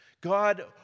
God